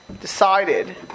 decided